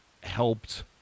helped